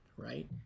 right